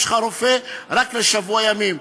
יש לך רופא רק לשבוע ימים,